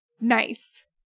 nice